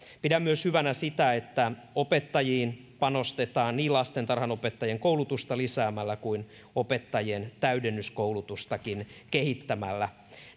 pidän hyvänä myös sitä että opettajiin panostetaan niin lastentarhanopettajien koulutusta lisäämällä kuin opettajien täydennyskoulutustakin kehittämällä